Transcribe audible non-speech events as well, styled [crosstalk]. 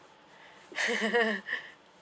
[laughs]